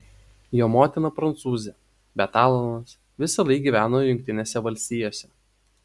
jo motina prancūzė bet alanas visąlaik gyveno jungtinėse valstijose